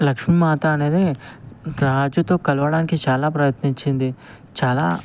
లక్ష్మీమాత అనేది రాజుతో కలవడానికి చాలా ప్రయత్నించింది చాలా